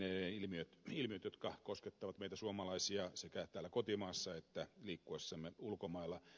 ilmiöitä jotka koskettavat meitä suomalaisia sekä täällä kotimaassa että liikkuessamme ulkomailla